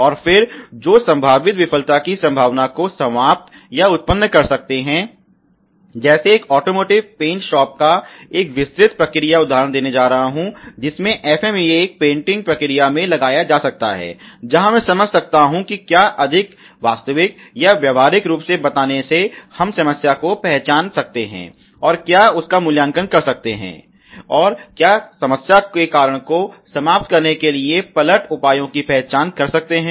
और फिर जो संभावित विफलता की संभावना को समाप्त या उत्पन्न कर सकते हैं जैसे एक ऑटोमोटिव पेंट शॉप का एक विस्तृत प्रक्रिया उदाहरण देने जा रहा हूं जिसमे FMEA एक पेंटिंग प्रक्रिया में लगाया जा सकता है जहां मैं समझ सकता हूं कि क्या अधिक वास्तविक या व्यावहारिक रूप से बताने से हम समस्या को पहचान सकते हैं और क्या उसका मूल्यांकन कर सकते हैं और क्या समस्या के कारण को समाप्त करने के लिए पलट उपायों की पहचान कर सकते हैं